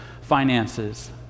finances